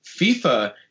FIFA